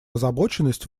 озабоченность